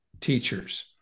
teachers